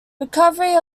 recovery